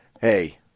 hey